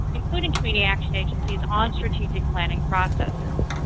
including community action agencies on strategic planning processes.